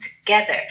together